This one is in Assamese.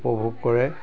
উপভোগ কৰে